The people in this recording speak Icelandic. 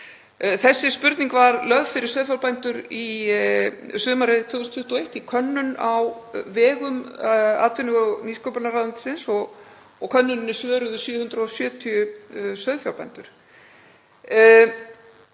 Þessi spurning var lögð fyrir sauðfjárbændur sumarið 2021 í könnun á vegum atvinnuvega- og nýsköpunarráðuneytisins og könnuninni svöruðu 770 sauðfjárbændur.